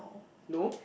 no